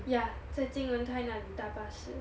ya 在金文泰那里搭巴士